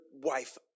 wife